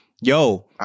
Yo